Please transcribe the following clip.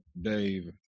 Dave